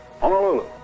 Honolulu